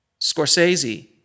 Scorsese